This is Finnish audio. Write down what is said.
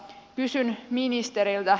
kysyn ministeriltä